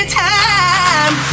time